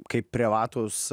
kaip privatūs